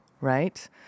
right